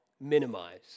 minimize